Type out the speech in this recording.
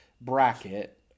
bracket